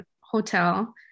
hotel